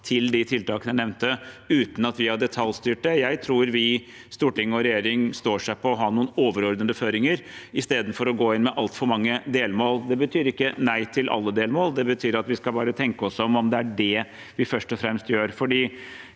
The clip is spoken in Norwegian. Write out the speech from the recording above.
til de tiltakene jeg nevnte, uten at vi har detaljstyrt det. Jeg tror vi – storting og regjering – står oss på å ha noen overordnede føringer istedenfor å gå inn med altfor mange delmål. Det betyr ikke nei til alle delmål, det betyr bare at vi skal tenke oss om med hensyn til om det er det vi først og fremst gjør.